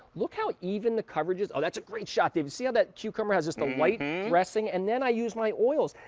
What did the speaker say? look how even the coverage is. that's a great shot, david. see how that cucumber has a um light and dressing? and then i use my oils.